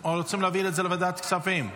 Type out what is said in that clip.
או שרוצים להעביר את זה לוועדת כספים?